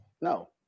No